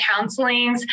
counselings